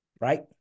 right